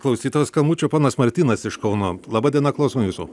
klausytojo skambučio ponas martynas iš kauno laba diena klausom jūsų